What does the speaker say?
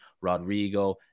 Rodrigo